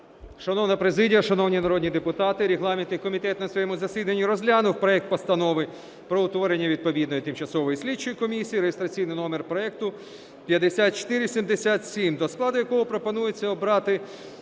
Шановна президія, шановні народні депутати, регламентний комітет на своєму засіданні розглянув проект Постанови про утворення відповідної Тимчасової слідчої комісії (реєстраційний номер проекту 5477), до складу якого пропонується обрати